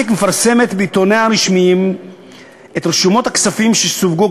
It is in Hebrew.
ASIC מפרסמת בעיתוניה הרשמיים את רשומות הכספים שסווגו